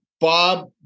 Bob